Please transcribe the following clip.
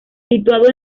situado